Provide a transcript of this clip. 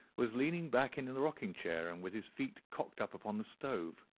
was leaning back in and the rocking-chair, and with his feet cocked up upon the stove.